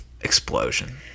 explosion